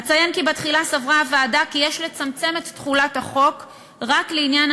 אציין כי בתחילה סברה הוועדה כי יש לצמצם את תחולת החוק רק לעניין